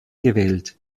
gewählt